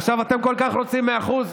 עכשיו אתם כל כך רוצים 100%?